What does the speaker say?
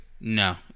No